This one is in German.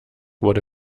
wurde